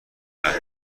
است